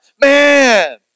Man